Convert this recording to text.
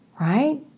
Right